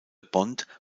bond